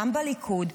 גם בליכוד,